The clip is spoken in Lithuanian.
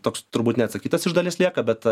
toks turbūt neatsakytas iš dalies lieka bet